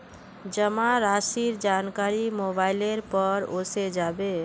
जमा राशिर जानकारी मोबाइलेर पर ओसे जाबे